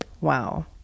Wow